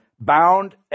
bound